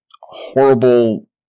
horrible